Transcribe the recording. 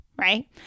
right